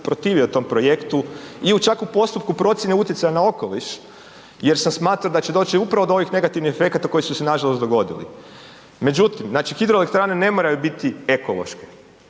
protivio tom projektu i u čak u postupku procijene utjecaja na okoliš jer sam smatrao da će doći upravo do ovih negativnih efekata koji su se nažalost dogoditi. Međutim, znači hidroelektrane ne moraju biti ekološke,